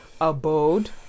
abode